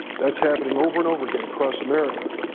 that's happening over and over again across america.